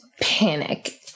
panic